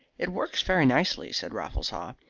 it works very nicely, said raffles haw.